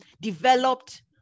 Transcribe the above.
developed